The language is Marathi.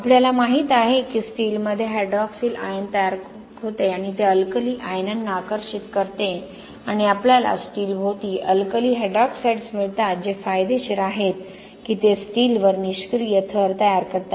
आपल्याला माहित आहे की स्टीलमध्ये हायड्रॉक्सिल आयन तयार करतो आणि ते अल्कली आयनांना आकर्षित करते आणि आपल्याला स्टीलभोवती अल्कली हायड्रॉक्साईड्स मिळतात जे फायदेशीर आहेत की ते स्टीलवर निष्क्रिय थर तयार करतात